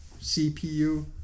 CPU